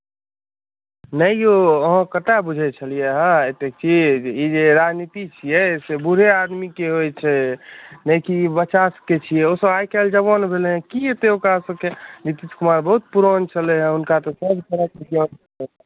नहि यौ अहाँ ककरा बुझै छलियै हँ एतेक चीज ई जे राजनीति छियै से बुरे आदमीकेँ होइ छै नहि कि बच्चा सभकेँ छी ओ सभ आइ काल्हि जवान भेलै हँ कि हेतै ओकरा सभसे नितीश कुमार तऽ बहुत पुरान छलै हँ हुनका तऽ सभ तरहक ज्ञान छै